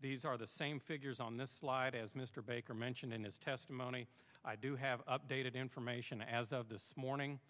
these are the same figures on this slide as mr baker mentioned in his testimony i do have updated information as of this morning